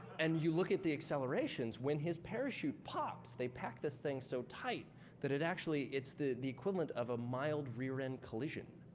and you look at the accelerations. when his parachute pops, pops, they pack this thing so tight that it actually it's the the equivalent of a mild rear-end collision,